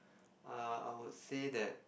uh I would say that